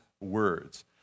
words